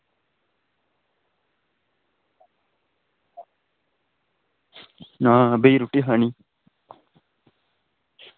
हां बेई रुट्टी खानी